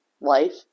life